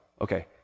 okay